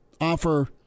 Offer